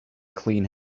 clean